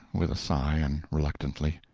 with a sigh and reluctantly.